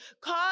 cause